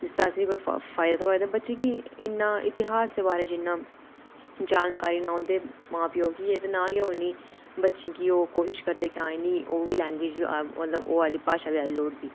इसदा असें गी कोई फायदा थ्होए ते बच्चें गी कोई बच्चें गी इन्ना इतेहास दे बारें च जानकारी नां होंदे मां प्यो गी ना कि बच्चें गी ओह् कोशिश करदे कि ओह् आह्ली भाशा बी आई दी लोड़दी